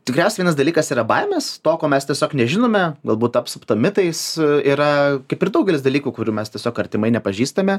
tikriausiai vienas dalykas yra baimės to ko mes tiesiog nežinome galbūt apsupta mitais yra kaip ir daugelis dalykų kurių mes tiesiog artimai nepažįstame